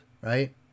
right